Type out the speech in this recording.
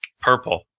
Purple